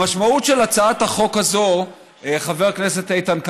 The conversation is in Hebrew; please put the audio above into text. המשמעות של הצעת החוק הזאת, חבר הכנסת איתן כבל,